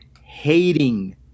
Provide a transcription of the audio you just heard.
hating